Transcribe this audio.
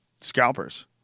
scalpers